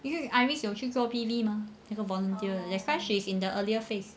因为 iris 有去做 P_V mah 这个 volunteer that's why she is in the earlier phase